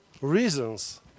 reasons